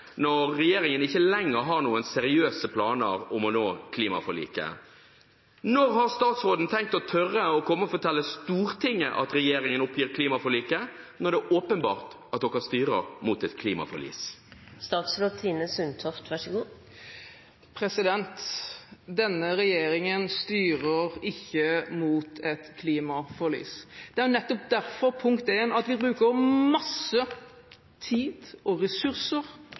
når regjeringen ikke lenger har noen seriøse planer om å nå klimaforliket. Når har statsråden tenkt å tørre å fortelle Stortinget at regjeringen oppgir klimaforliket, når det er åpenbart at de styrer mot et klimaforlis? Denne regjeringen styrer ikke mot et klimaforlis. Det er nettopp derfor vi for det første bruker masse tid og ressurser